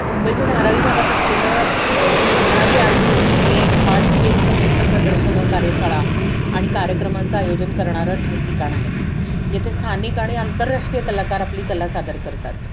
मुंबईच्या धारावी भागात असलेलं धारावी आर्ट रूम हे एक आर्ट स्पेसचं विविध प्रदर्शनं कार्यशाळा आणि कार्यक्रमांचं आयोजन करणारं ठ ठ ठिकाण आहे येथे स्थानिक आणि आंतरराष्ट्रीय कलाकार आपली कला सादर करतात